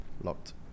Locked